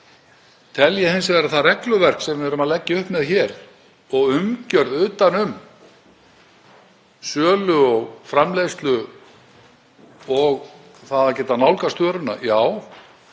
Tel ég hins vegar að það regluverk sem við erum að leggja upp með hér sé góð umgjörð utan um sölu og framleiðslu og það að geta nálgast vöruna?